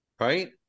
Right